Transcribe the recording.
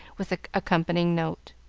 with accompanying note